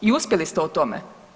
I uspjeli ste u tome.